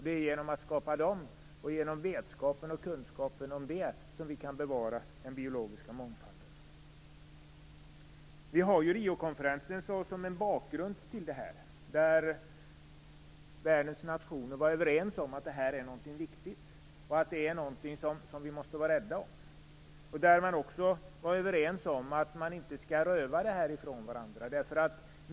Det är genom att skapa dem, och genom vetskapen och kunskapen om dem, som vi kan bevara den biologiska mångfalden. Riokonferensen är en bakgrund till detta. Där var världens nationer överens om att detta är någonting viktigt, och att det är någonting som vi måste vara rädda om. Man var också överens om att man inte skall röva detta från varandra.